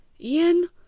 ian